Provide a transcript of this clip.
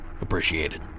appreciated